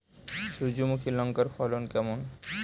সূর্যমুখী লঙ্কার ফলন কেমন?